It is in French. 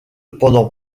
pendant